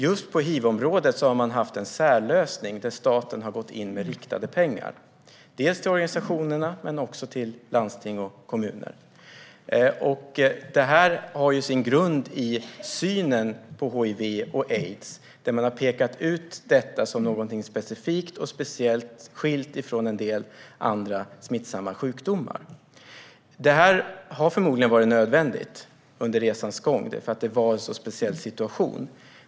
Just på hivområdet har man haft en särlösning, där staten har gått in med riktade pengar till organisationerna och till landsting och kommuner. Det har sin grund i synen på hiv och aids. Man har pekat ut detta som någonting specifikt och speciellt, skilt från en del andra smittsamma sjukdomar. Detta har förmodligen varit nödvändigt under resans gång, för det var en speciell situation.